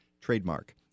Trademark